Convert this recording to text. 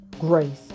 grace